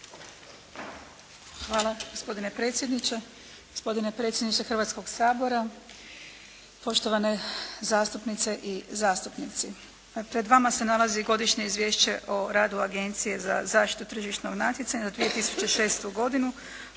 Hvala gospodine predsjedniče. Gospodine predsjedniče Hrvatskog Sabora, poštovane zastupnice i zastupnici. Pred vama se nalazi Godišnje izvješće o radu Agencije za zaštitu tržišnog natjecanja za 2006. godinu